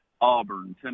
Auburn